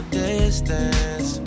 distance